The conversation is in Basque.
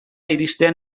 iristean